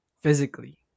physically